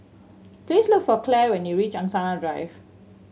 please look for Claire when you reach Angsana Drive